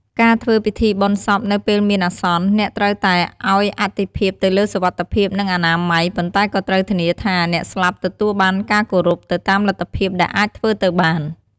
ការធ្វើពិធីបុណ្យសពនៅពេលមានអាស្នន អ្នកត្រូវតែឲ្យអាទិភាពទៅលើសុវត្ថិភាព និង អនាម័យ ប៉ុន្តែក៏ត្រូវធានាថាអ្នកស្លាប់ទទួលបានការគោរព ទៅតាមលទ្ធភាពដែលអាចធ្វើទៅបាន។